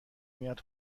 میاد